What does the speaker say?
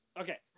Okay